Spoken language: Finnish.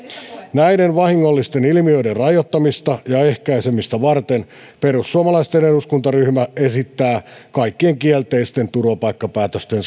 näiden vahingollisten ilmiöiden rajoittamista ja ehkäisemistä varten perussuomalaisten eduskuntaryhmä esittää kaikkien kielteisen turvapaikkapäätöksen